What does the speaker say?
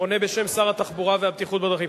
עונה בשם שר התחבורה והבטיחות בדרכים.